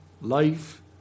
life